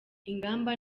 ingamba